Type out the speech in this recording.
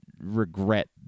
regret